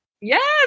Yes